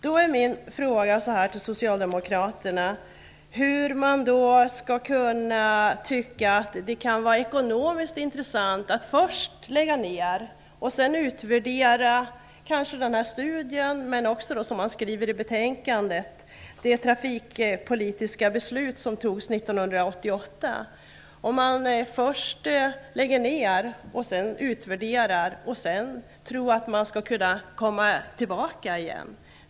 Då är min fråga till socialdemokraterna: Hur kan det vara ekonomiskt intressant att först lägga ner och sedan göra en utvärdering av denna studie och också - som man skriver i betänkandet - det trafikpolitiska beslut som fattades 1988? Om man först lägger ner och sedan utvärderar, hur kan man då tro att man skall kunna komma tillbaka igen?